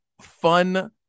fun